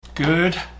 Good